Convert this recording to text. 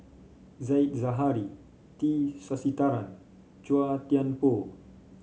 Said Zahari T Sasitharan Chua Thian Poh